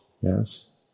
yes